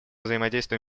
взаимодействию